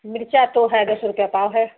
मिर्चा तो है दस रुपया पाव है